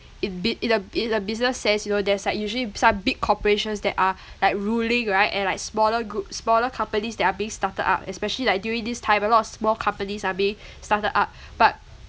in bu~ in a in a business sense you know there's like usually some big corporations that are like ruling right and like smaller group smaller companies that are being started up especially like during this time a lot of small companies are being started up but